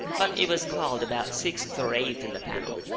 but it was called about sixth or eighth in the panel,